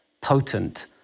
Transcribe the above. potent